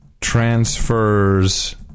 transfers